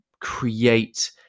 create